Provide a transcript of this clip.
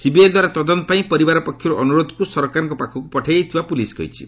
CBI ଦ୍ୱାରା ତଦନ୍ତ ପାଇଁ ପରିବାର ପକ୍ଷରୁ ଅନୁରୋଧକୁ ସରକାରଙ୍କ ପାଖକୁ ପଠାଯାଇଥିବା ପୁଲିସ୍ କହିଛି